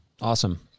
Awesome